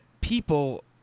people